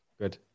good